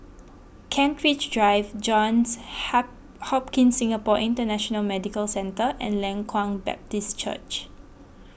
Kent Ridge Drive Johns Ha Hopkins Singapore International Medical Centre and Leng Kwang Baptist Church